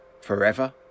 Forever